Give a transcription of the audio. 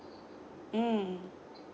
mm